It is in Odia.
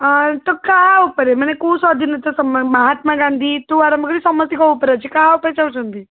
ହଁ ତ କାହା ଉପରେ ମାନେ କେଉଁ ସ୍ଵାଧୀନତା ସଂଗ୍ରାମୀ ମହାତ୍ମା ଗାନ୍ଧୀଠୁ ଆରମ୍ଭ କରି ସମସ୍ତଙ୍କ ଉପରେ ଅଛି କାହା ଉପରେ ଚାହୁଁଛନ୍ତି